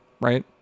Right